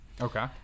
Okay